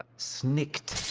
snikt.